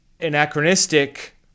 anachronistic